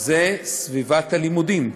וזה סביבת הלימודים.